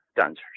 dancers